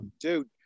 Dude